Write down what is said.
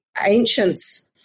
ancients